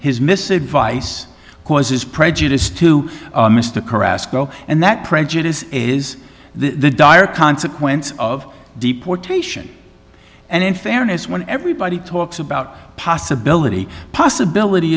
his missive vice causes prejudice to mr caress go and that prejudice is the dire consequence of deportation and in fairness when everybody talks about possibility possibility